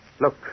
Look